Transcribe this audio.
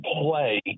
play